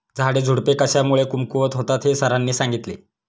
झाडेझुडपे कशामुळे कमकुवत होतात हे सरांनी सांगितले